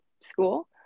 school